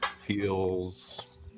feels